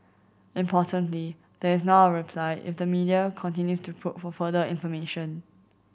importantly there is now a reply if the media continues to probe for further information